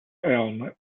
elm